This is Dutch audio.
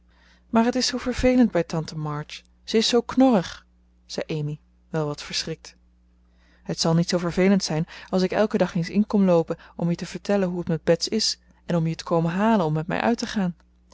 maar het is zoo vervelend bij tante march ze is zoo knorrig zei amy wel wat verschrikt het zal niet zoo vervelend zijn als ik elken dag eens in kom loopen om je te vertellen hoe het met bets is en om je te komen halen om met mij uit te gaan